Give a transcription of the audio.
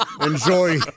enjoy